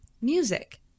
music